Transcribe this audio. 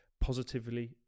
positively